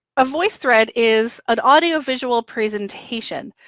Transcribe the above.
a voicethread is an audio visual presentation.